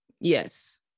Yes